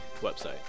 website